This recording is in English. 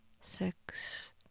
six